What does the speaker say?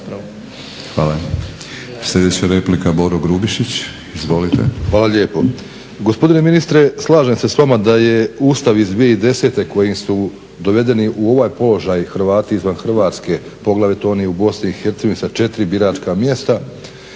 Hvala. Sljedeća replika, Boro Grubišić, izvolite. **Grubišić, Boro (HDSSB)** Hvala lijepo. Gospodine ministre, slažem se s vama da je Ustav iz 2010. kojim su dovedeni u ovaj položaj Hrvati izvan Hrvatske, poglavito oni u BiH sa 4 biračka mjesta,